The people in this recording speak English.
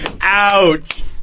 ouch